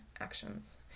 actions